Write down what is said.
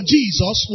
Jesus